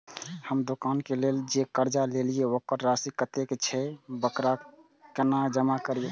हम दुकान के लेल जे कर्जा लेलिए वकर राशि कतेक छे वकरा केना जमा करिए?